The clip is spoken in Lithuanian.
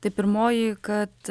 tai pirmoji kad